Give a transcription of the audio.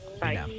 bye